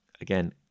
again